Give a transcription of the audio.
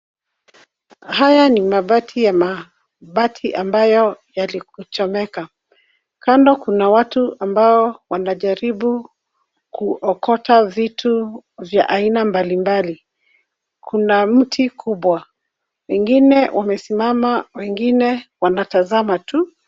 Haya ni mabaki ya mabati ambayo yalichomeka. Kando kuna watu ambao wanajaribu kuokota vitu vya aina mbalimbali. Kuna mti kubwa. Wengine wamesimama, wengine wanatazama tu.